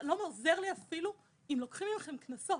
לא עוזר לי אפילו אם לוקחים מכם קנסות.